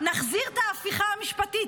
נחזיר את ההפיכה המשפטית,